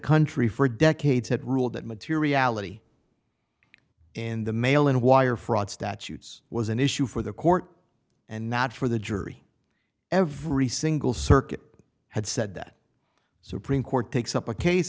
country for decades had ruled that materiality in the mail and wire fraud statutes was an issue for the court and not for the jury every single circuit had said that supreme court takes up a case